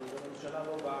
כי הממשלה לא באה,